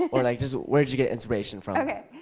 or like just where'd you get inspiration from? okay.